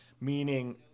meaning